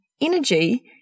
energy